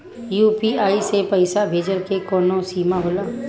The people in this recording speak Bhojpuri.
यू.पी.आई से पईसा भेजल के कौनो सीमा होला?